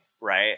right